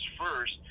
first